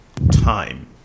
time